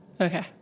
Okay